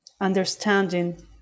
understanding